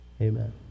Amen